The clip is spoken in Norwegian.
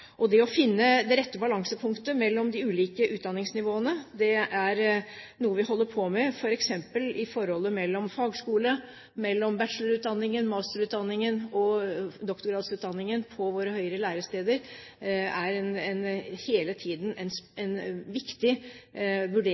Det å finne det rette balansepunktet mellom de ulike utdanningsnivåene er noe vi holder på med, f.eks. i forholdet mellom fagskole, mellom bachelorutdanningen, masterutdanningen og doktorgradsutdanningen på våre høyere læresteder. Det er hele tiden en viktig vurdering